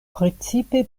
precipe